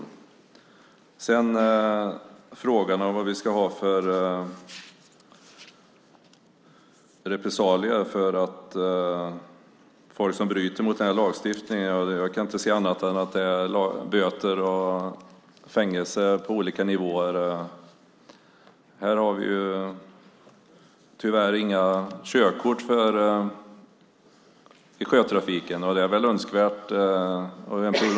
När det gäller frågan om vad vi ska ha för repressalier för folk som bryter mot lagen kan jag inte se annat än att det ska vara böter och fängelse på olika nivåer. Vi har tyvärr inga körkort i sjötrafiken.